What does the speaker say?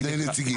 שני נציגים.